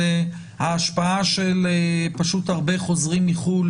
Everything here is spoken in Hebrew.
זו ההשפעה של הרבה חוזרים מחו"ל?